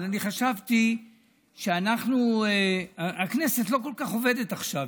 אבל אני חשבתי שהכנסת לא כל כך עובדת עכשיו,